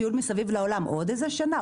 טיול מסביב לעולם עוד שנה,